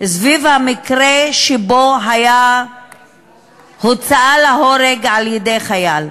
סביב המקרה שבו הייתה הוצאה להורג על-ידי חייל,